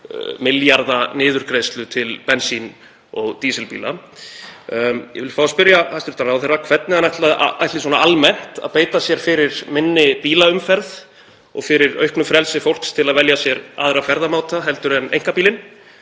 milljarða niðurgreiðslu til bensín- og dísilbíla. Ég vil fá að spyrja hæstv. ráðherra hvernig hann ætli svona almennt að beita sér fyrir minni bílaumferð og fyrir auknu frelsi fólks til að velja sér aðra ferðamáta en einkabílinn.